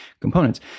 components